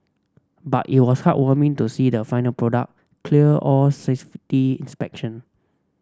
but it was heartwarming to see the final product clear all safety inspection